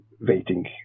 waiting